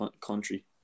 country